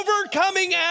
overcoming